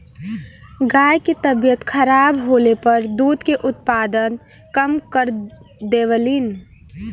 गाय के तबियत खराब होले पर दूध के उत्पादन कम कर देवलीन